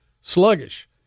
sluggish